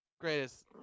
greatest